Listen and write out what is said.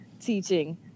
teaching